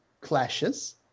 clashes